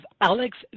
Alex